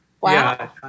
Wow